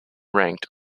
ranked